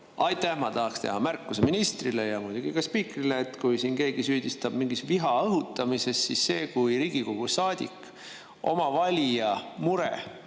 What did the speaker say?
Aitäh! Ma tahaksin teha märkuse ministrile ja muidugi ka spiikrile. Kui keegi süüdistab siin mingis viha õhutamises, siis see, kui Riigikogu saadik oma valija mure